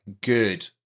good